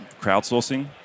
crowdsourcing